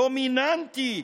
דומיננטי,